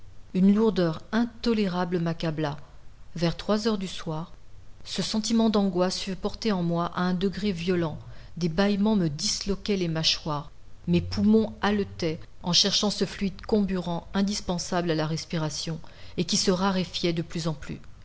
une lourdeur intolérable m'accabla vers trois heures du soir ce sentiment d'angoisse fut porté en moi à un degré violent des bâillements me disloquaient les mâchoires mes poumons haletaient en cherchant ce fluide comburant indispensable à la respiration et qui se raréfiait de plus en plus